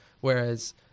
whereas